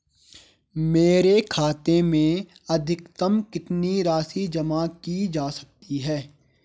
मेरे खाते में अधिकतम कितनी राशि जमा की जा सकती है?